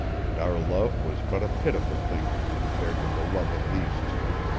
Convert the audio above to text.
and our love was but a pitiful thing when compared with the love of these two,